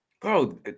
Bro